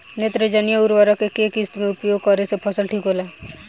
नेत्रजनीय उर्वरक के केय किस्त मे उपयोग करे से फसल ठीक होला?